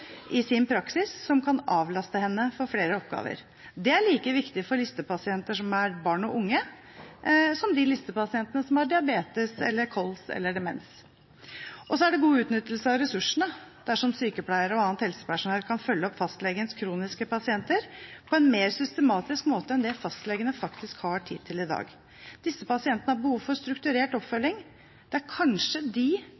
i sin praksis som kan avlaste henne for flere oppgaver. Det er like viktig for listepasienter som er barn og unge, som de listepasientene som har diabetes, kols eller demens. Og så er det god utnyttelse av ressursene dersom sykepleiere og annet helsepersonell kan følge opp fastlegens kronisk syke pasienter på en mer systematisk måte enn det fastlegene faktisk har tid til i dag. Disse pasientene har behov for strukturert oppfølging. Det er kanskje de